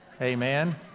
Amen